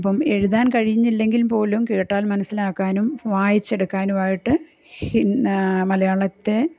അപ്പം എഴുതാൻ കഴിഞ്ഞില്ലെങ്കിൽ പോലും കേട്ടാൽ മനസ്സിലാക്കാനും വായിച്ചെടുക്കാനും ആയിട്ട് മലയാളത്തെ